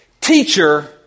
teacher